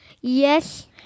Yes